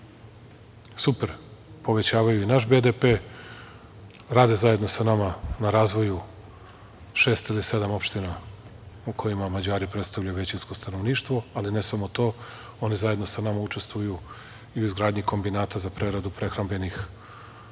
Nikome. Super, povećavaju i naš BDP. Rade zajedno sa nama na razvoju šest ili sedam opština u kojima Mađari predstavljaju većinsko stanovništvo, ali ne samo to, oni zajedno sa nama učestvuju i u izgradnji kombinata za preradu prehrambenih proizvoda.